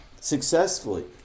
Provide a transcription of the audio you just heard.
successfully